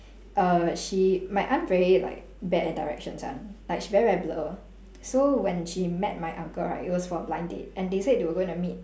err she my aunt very like bad at directions [one] like she very very blur so when she met my uncle right it was for a blind date and they said they were going to meet